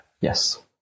Yes